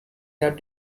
that